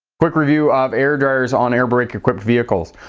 quick review of air dryers on air brake equipped vehicles.